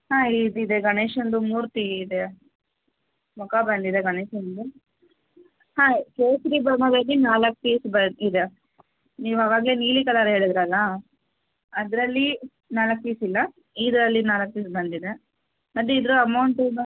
ಹಾಂ ಇದು ಇದೆ ಗಣೇಶನದು ಮೂರ್ತಿ ಇದೆ ಮುಖ ಬಂದಿದೆ ಗಣೇಶನದು ಹಾಂ ಕೇಸರಿ ಬಣ್ಣದಲ್ಲಿ ನಾಲ್ಕು ಪೀಸ್ ಬ ಇದೆ ನೀವವಾಗ್ಲೇ ನೀಲಿ ಕಲರ್ ಹೇಳಿದ್ದಿರಲ್ಲ ಅದರಲ್ಲಿ ನಾಲ್ಕು ಪೀಸ್ ಇಲ್ಲ ಇದರಲ್ಲಿ ನಾಲ್ಕು ಪೀಸ್ ಬಂದಿದೆ ಮತ್ತು ಇದರ ಅಮೌಂಟ್ ಬ